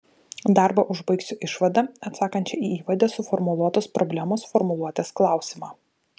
darbą užbaigsiu išvada atsakančia į įvade suformuluotos problemos formuluotės klausimą